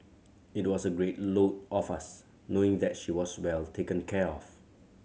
it was a great load off us knowing that she was well taken care of